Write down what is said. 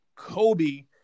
Kobe